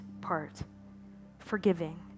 part—forgiving